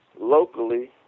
locally